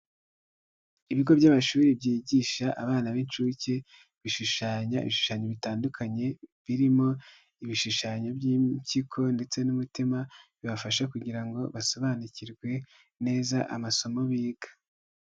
Ibigo by'amashuri byigisha abana b'inshuke bishushanya ibishushanyo bitandukanye birimo ibishushanyo by'impyiko ndetse n'imitima bibafasha kugira ngo basobanukirwe neza amasomo biga.